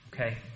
okay